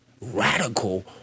radical